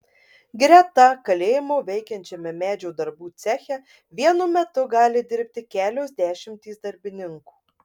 greta kalėjimo veikiančiame medžio darbų ceche vienu metu gali dirbti kelios dešimtys darbininkų